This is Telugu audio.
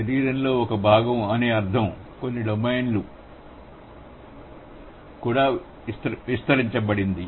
శరీరంలో ఒక భాగం అనే అర్థం కొన్ని ఇతర డొమైన్లకు కూడా విస్తరించబడింది